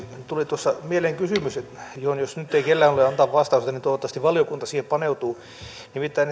tuli tuossa mieleen kysymys ja jos nyt ei kellään ole siihen antaa vastausta niin toivottavasti valiokunta siihen paneutuu nimittäin